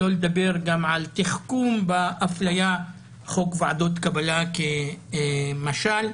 חוק ועדות קבלה כמשל,